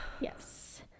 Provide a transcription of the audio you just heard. Yes